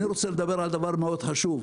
אני רוצה לדבר על דבר מאוד חשוב: